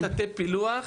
אין תתי-פילוח.